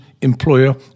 employer